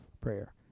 prayer